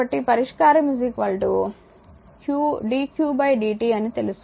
కాబట్టి పరిష్కారం dq dt అని తెలుసు